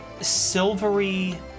silvery